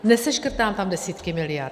Neseškrtám tam desítky miliard.